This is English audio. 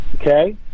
Okay